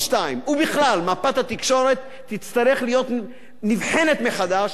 מפת התקשורת תצטרך להיבחן מחדש לאחר הבחירות.